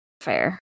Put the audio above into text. Fair